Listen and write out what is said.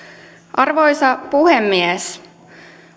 arvoisa puhemies